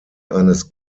eines